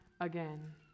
again